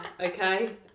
okay